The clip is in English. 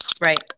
Right